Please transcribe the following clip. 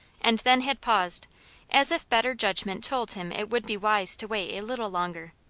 and then had paused as if better judgment told him it would be wise to wait a little longer.